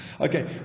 okay